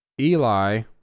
eli